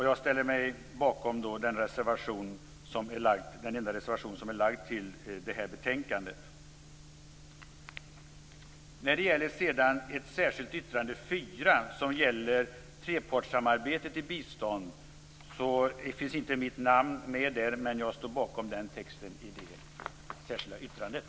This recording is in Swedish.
Jag ställer mig bakom den enda reservation som är fogad till detta betänkande. När det sedan gäller det särskilda yttrandet nr 4, som gäller trepartssamarbetet i biståndsfrågor, finns inte mitt namn med, men jag står bakom texten i det särskilda yttrandet.